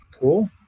Cool